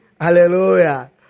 Hallelujah